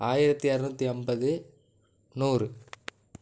ஆயிரத்தி இரநூத்தம்பது நூறு